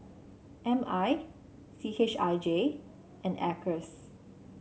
M I C H I J and Acres